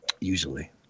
Usually